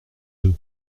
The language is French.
deux